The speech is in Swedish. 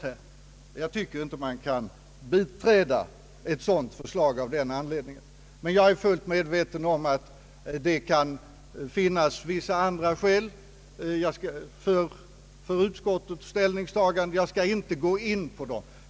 Jag tycker av den anledningen inte att man kan biträda ett sådant förslag. Jag är emellertid fullt medveten om att det kan finnas vissa skäl till utskottsmajoritetens ställningstagande. Jag skall inte gå in på dem.